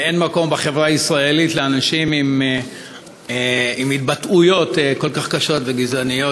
אין מקום בחברה הישראלית לאנשים עם התבטאויות כל כך קשות וגזעניות.